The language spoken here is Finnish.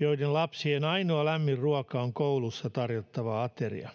joiden lapsien ainoa lämmin ruoka on koulussa tarjottava ateria